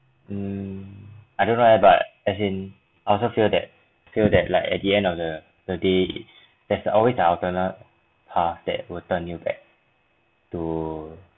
um I don't know why but as in I also feel that feel that like at the end of the the day its there's always the alternate path that will turn you back to